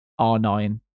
R9